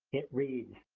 it reads,